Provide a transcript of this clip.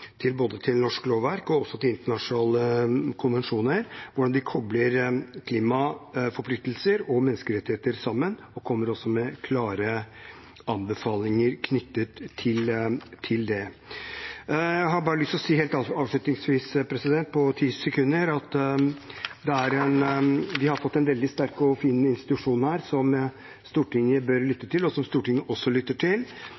både norsk lovverk og internasjonale konvensjoner – og hvordan de kobler klimaforpliktelser og menneskerettigheter sammen, og de kommer med klare anbefalinger knyttet til det. Jeg har bare lyst til å si helt avslutningsvis, på ti sekunder, at vi har fått en veldig sterk og fin institusjon her som Stortinget bør